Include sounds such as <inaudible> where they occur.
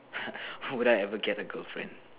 ha <breath> would I ever get a girlfriend